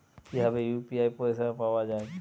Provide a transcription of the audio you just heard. কিভাবে ইউ.পি.আই পরিসেবা পাওয়া য়ায়?